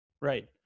Right